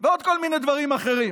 ועוד כל מיני דברים אחרים.